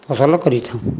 ଫସଲ କରିଥାଉଁ